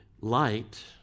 light